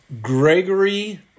Gregory